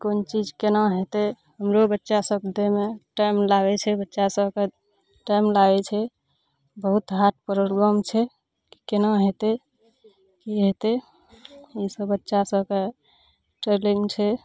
कोन चीज केना हेतै हमरो बच्चा सब दै मे टाइम लागै छै बच्चा सबके टाइम लागै छै बहुत हार्ड प्रोग्राम छै कि केना हेतै की हेतै ई सब बच्चा सबके ट्रेनिंग छै